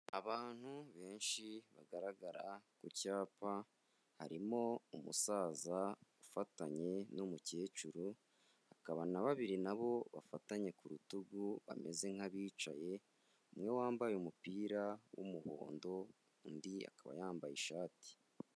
Abantu benshi bagaragara ku cyapa, harimo umusaza ufatanye n'umukecuru, hakaba na babiri na bo bafatanye ku rutugu bameze nk'abicaye, umwe wambaye umupira w'umuhondo undi akaba yambaye ishati.